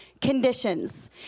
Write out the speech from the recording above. conditions